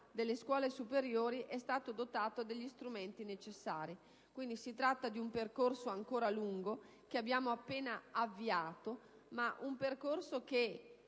delle scuole superiori è stata dotata degli strumenti necessari. Quindi, si tratta di un percorso ancora lungo, che abbiamo appena avviato; un percorso che